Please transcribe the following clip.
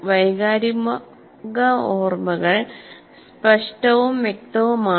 വൈകാരിക ഓർമ്മകൾ സ്പഷ്ടവും വ്യക്തവുമാണ്